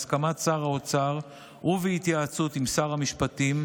בהסכמת שר האוצר ובהתייעצות עם שר המשפטים,